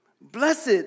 Blessed